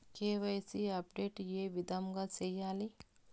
KYC update ఏ విధంగా సేయాలి?